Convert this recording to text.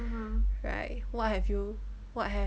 right what have you what